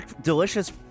delicious